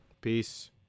Peace